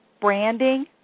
branding